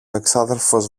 εξάδελφος